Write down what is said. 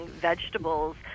vegetables